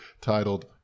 titled